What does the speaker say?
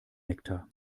nektar